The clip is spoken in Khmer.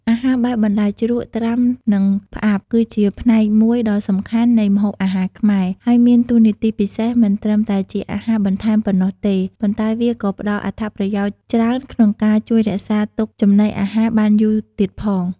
អាហារបែបបន្លែជ្រក់ ត្រាំ និងផ្អាប់ គឺជាផ្នែកមួយដ៏សំខាន់នៃម្ហូបអាហារខ្មែរ ហើយមានតួនាទីពិសេសមិនត្រឹមតែជាអាហារបន្ថែមប៉ុណ្ណោះទេ ប៉ុន្តែវាក៏ផ្ដល់អត្ថប្រយោជន៍ច្រើនក្នុងការជួយរក្សាទុកចំណីអាហារបានយូរទៀតផង។